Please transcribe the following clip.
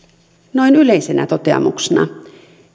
noin yleisenä toteamuksena